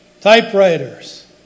typewriters